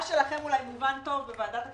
מה שלכם אולי מובן טוב בוועדת הכספים,